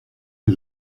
que